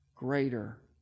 greater